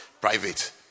private